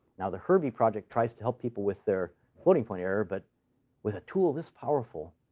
now, the herbie project tries to help people with their floating-point error, but with a tool this powerful,